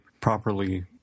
properly